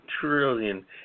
trillion